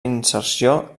inserció